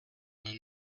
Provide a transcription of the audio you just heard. will